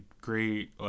great